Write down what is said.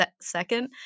second